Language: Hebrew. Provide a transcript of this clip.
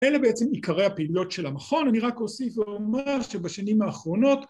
‫אלה בעצם עיקרי הפעילויות של המכון, ‫אני רק אוסיף ואומר שבשנים האחרונות...